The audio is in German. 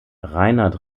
reinhard